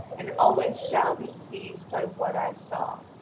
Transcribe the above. and always shall be pleased by what i saw.